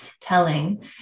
telling